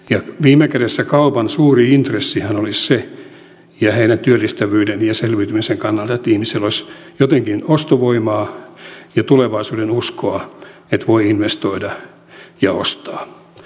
viime kädessä kaupan suuri intressihän olisi työllistävyyden ja selviytymisen kannalta että ihmisillä olisi jotenkin ostovoimaa ja tulevaisuudenuskoa että voi investoida ja ostaa